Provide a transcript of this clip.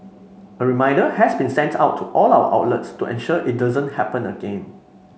a reminder has been sent out to all our outlets to ensure it doesn't happen again